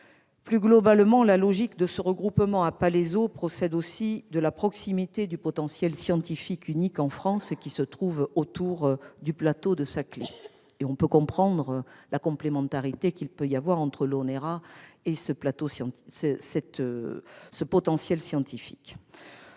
Plus globalement, la logique de ce regroupement à Palaiseau procède aussi de la proximité du potentiel scientifique unique en France qui se trouve autour du plateau de Saclay. On peut comprendre la complémentarité entre l'ONERA et ce potentiel scientifique.